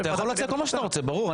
אתה יכול להציע כל מה שאתה רוצה, ברור.